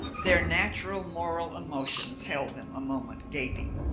their natural moral emotions held them a moment gaping.